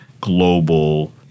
global